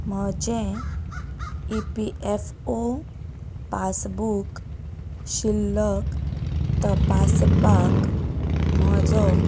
म्हजें E P F O passbook शिल्लक तपासपाक म्हजो